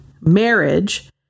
marriage